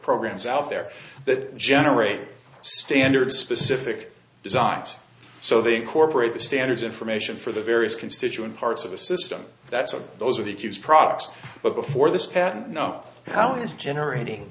programs out there that generate standard specific designs so they incorporate the standards information for the various constituent parts of a system that's on those or that use products but before this patent know how it's generating